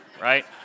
right